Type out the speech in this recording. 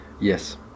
Yes